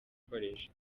gukoresha